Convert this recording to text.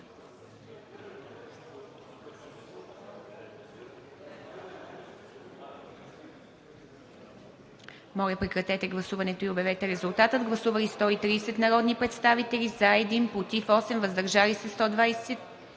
Моля, прекратете гласуването и обявете резултата. Гласували 194 народни представители: за 96, против 80, въздържали се 18.